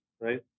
right